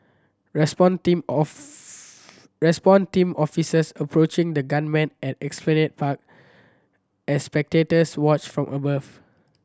response team of response team officers approaching the gunman at Esplanade Park as spectators watch from above